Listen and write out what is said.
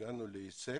הגענו להישג.